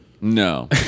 No